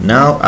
Now